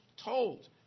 told